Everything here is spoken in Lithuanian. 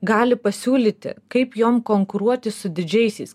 gali pasiūlyti kaip jom konkuruoti su didžiaisiais